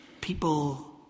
people